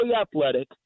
athletic